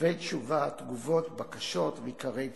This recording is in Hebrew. כתבי תשובה, תגובות, בקשות, ועיקרי טיעון,